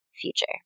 future